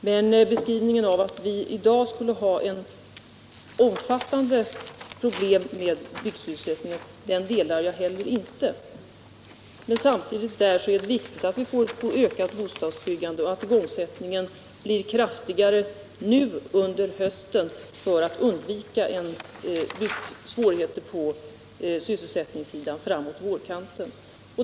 Men uppfattningen att vi i dag skulle ha omfattande problem med sysselsättningen i byggnadsbranschen delar jag inte. Men det är viktigt att vi får ett ökat bostadsbyggande och att igångsättningen blir starkare nu under hösten för att undvika sysselsättningssvårigheter fram på vårkanten.